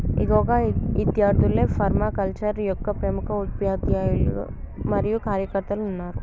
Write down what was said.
ఇగో గా ఇద్యార్థుల్లో ఫర్మాకల్చరే యొక్క ప్రముఖ ఉపాధ్యాయులు మరియు కార్యకర్తలు ఉన్నారు